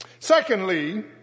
Secondly